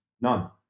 None